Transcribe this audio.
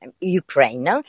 Ukraine